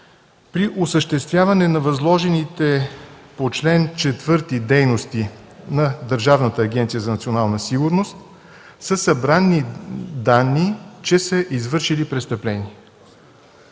при осъществяване на възложените по чл. 4 дейности на Държавната агенция „Национална сигурност” са събрани данни, че са извършили престъпление.”